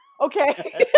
Okay